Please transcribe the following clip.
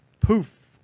poof